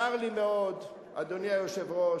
צר לי מאוד, אדוני היושב-ראש,